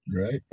Right